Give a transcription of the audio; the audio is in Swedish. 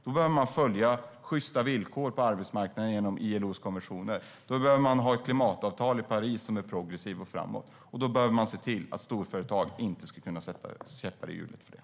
Då behöver man följa sjysta villkor på arbetsmarknaden genom ILO:s konventioner. Då behöver man ha ett klimatavtal i Paris som är progressivt och framåt. Och då behöver man se till att storföretag inte kan sätta käppar i hjulet.